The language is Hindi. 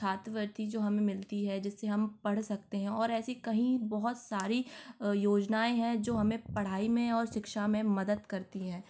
छात्रवृत्ति जो हमें मिलती है जिससे हम पढ़ सकते हैं और ऐसी कई बहुत सारी अ योजनाएँ हैं जो हमें पढ़ाई में और शिक्षा में मदद करती हैं